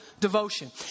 devotion